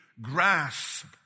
grasped